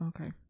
Okay